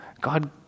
God